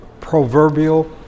proverbial